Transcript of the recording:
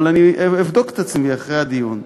אבל אני אבדוק את עצמי אחרי הדיון.